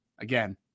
again